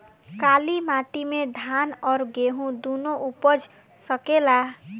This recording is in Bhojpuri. काली माटी मे धान और गेंहू दुनो उपज सकेला?